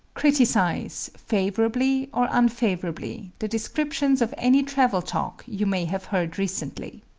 criticise, favorably or unfavorably, the descriptions of any travel talk you may have heard recently.